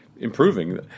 Improving